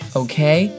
okay